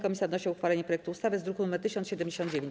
Komisja wnosi o uchwalenie projektu ustawy z druku nr 1079.